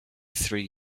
three